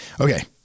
Okay